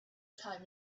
time